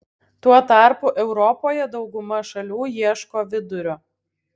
tuo tarpu europoje dauguma šalių ieško vidurio